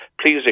Please